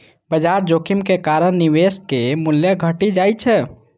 बाजार जोखिम के कारण निवेशक मूल्य घटि जाइ छै